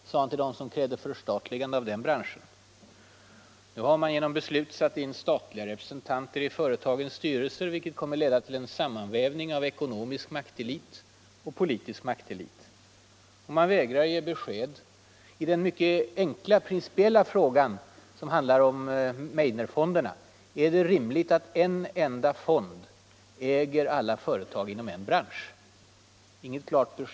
Det sade han till den som krävde ett förstatligande av den branschen. Nu har man genom beslut satt in statliga representanter i företagens styrelser, vilket kommer att leda till en sammanvävning av ekonomisk och politisk maktelit. Och man vägrar ge besked i den mycket enkla principiella frågan om Meidnerfonderna: Är det rimligt att en enda fond äger alla företag inom en bransch? Där har man inte lämnat något klart svar.